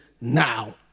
now